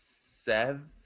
seven